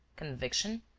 conviction?